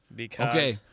Okay